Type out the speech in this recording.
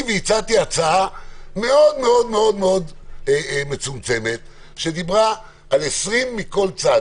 הצעתי הצעה שדיברה על 20 מכל צד,